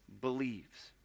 believes